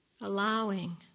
allowing